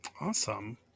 Awesome